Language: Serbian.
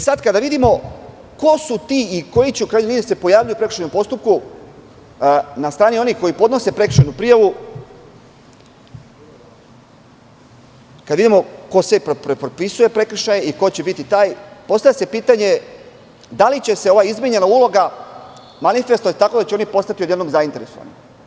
Sada kada vidimo ko su ti i koji će, u krajnjoj liniji, da se pojavljuju prekršajnom postupku na strani onih koji podnose prekršajnu prijavu, kada vidimo ko sve propisuje prekršaje i ko će biti taj, postavlja se - pitanje da li će se ova izmenjena uloga manifestovati tako da će oni postati odjednom zainteresovani?